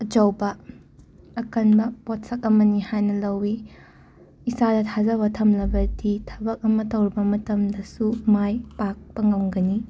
ꯑꯆꯧꯕ ꯑꯀꯟꯕꯥ ꯄꯣꯠꯁꯛ ꯑꯃꯅꯤ ꯍꯥꯏꯅ ꯂꯧꯏ ꯏꯁꯥꯗ ꯊꯥꯖꯕ ꯊꯝꯂꯕꯗꯤ ꯊꯕꯛ ꯑꯃ ꯇꯧꯔꯨꯕ ꯃꯇꯝꯗꯁꯨ ꯃꯥꯏ ꯄꯥꯛꯄ ꯉꯝꯒꯅꯤ